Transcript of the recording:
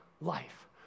life